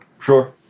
Sure